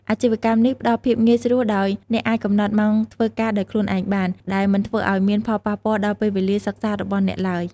អាជីវកម្មនេះផ្តល់ភាពងាយស្រួល ដោយអ្នកអាចកំណត់ម៉ោងធ្វើការដោយខ្លួនឯងបាន ដែលមិនធ្វើឲ្យមានផលប៉ះពាល់ដល់ពេលវេលាសិក្សារបស់អ្នកឡើយ។